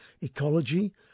ecology